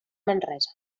manresa